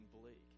bleak